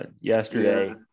yesterday